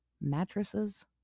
mattresses